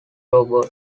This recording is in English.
rowboat